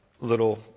little